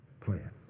plan